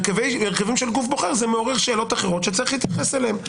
ובהרכבים של גוף בוחר זה מעורר שאלות אחרות שצריך להתייחס אליהן.